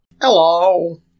Hello